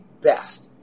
best